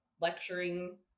lecturing